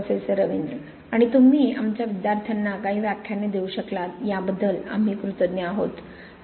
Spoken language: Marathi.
प्रोफेसर रवींद्र आणि तुम्ही आमच्या विद्यार्थ्यांना काही व्याख्याने देऊ शकलात याबद्दल आम्ही कृतज्ञ आहोत